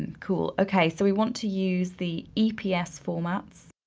and cool, okay, so we want to use the eps formats.